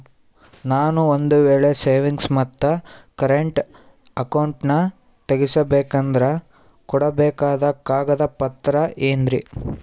ನಾನು ಒಂದು ವೇಳೆ ಸೇವಿಂಗ್ಸ್ ಮತ್ತ ಕರೆಂಟ್ ಅಕೌಂಟನ್ನ ತೆಗಿಸಬೇಕಂದರ ಕೊಡಬೇಕಾದ ಕಾಗದ ಪತ್ರ ಏನ್ರಿ?